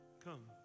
come